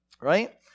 right